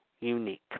unique